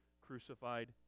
crucified